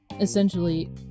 Essentially